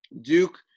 Duke